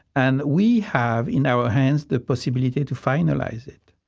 and we have in our hands the possibility to finalize it.